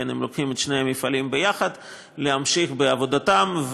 אם לוקחים את שני המפעלים יחד להמשיך בעבודתם,